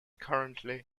currently